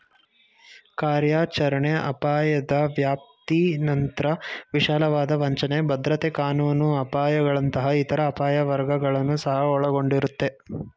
ಕಾರ್ಯಾಚರಣೆ ಅಪಾಯದ ವ್ಯಾಪ್ತಿನಂತ್ರ ವಿಶಾಲವಾದ ವಂಚನೆ, ಭದ್ರತೆ ಕಾನೂನು ಅಪಾಯಗಳಂತಹ ಇತರ ಅಪಾಯ ವರ್ಗಗಳನ್ನ ಸಹ ಒಳಗೊಂಡಿರುತ್ತೆ